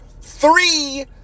Three